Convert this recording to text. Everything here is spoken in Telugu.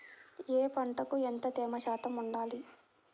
ఏ పంటకు ఎంత తేమ శాతం ఉండాలి?